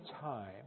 time